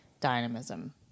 dynamism